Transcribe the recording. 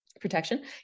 protection